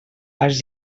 els